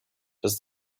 does